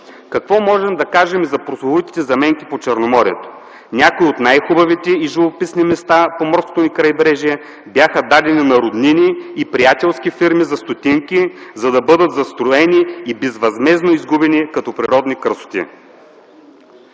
Какво можем да кажем за прословутите заменки по Черноморието? Някои от най-хубавите и живописни места по морското ни крайбрежие бяха дадени на роднини и приятелски фирми за стотинки, за да бъдат застроени и безвъзмездно изгубени като природни красоти.